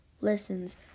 listens